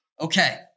Okay